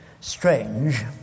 strange